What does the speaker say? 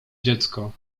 dziecko